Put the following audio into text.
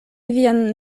vian